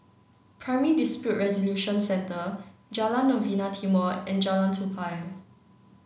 Primary Dispute Resolution Centre Jalan Novena Timor and Jalan Tupai